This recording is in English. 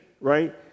right